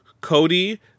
cody